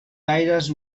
gaires